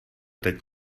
teď